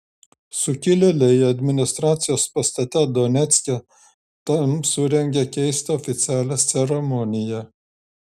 sukilėliai administracijos pastate donecke tam surengė keistą oficialią ceremoniją